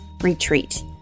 retreat